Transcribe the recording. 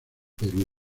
perú